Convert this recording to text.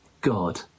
God